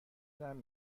دهم